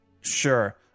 sure